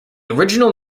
original